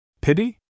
Pity